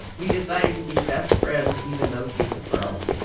we decided to be best friends, even though she's a girl